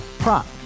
Prop